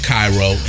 Cairo